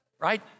right